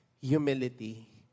humility